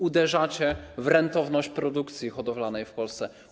Uderzacie w rentowność produkcji hodowlanej w Polsce.